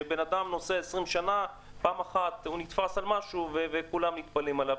כשבן אדם נוסע 20 שנה ופעם אחת הוא נתפס על משהו וכולם נטפלים אליו,